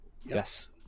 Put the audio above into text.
Yes